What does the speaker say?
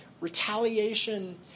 retaliation